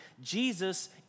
Jesus